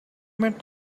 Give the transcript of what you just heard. met